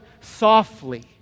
softly